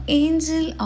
angel